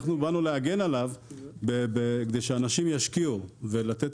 אנחנו באנו להגן עליו כדי שאנשים ישקיעו ולתת